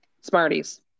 Smarties